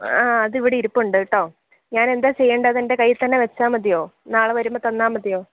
ആ അത് ഇവിടെ ഇരിപ്പുണ്ട് കേട്ടോ ഞാൻ എന്താണ് ചെയ്യേണ്ടത് അത് എൻ്റെ കൈയിൽ തന്നെ വച്ചാൽ മതിയോ നാളെ വരുമ്പോൾ തന്നാൽ മതിയോ